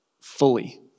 fully